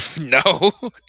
No